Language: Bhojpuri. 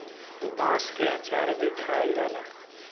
बांस के अचार भी खाएल जाला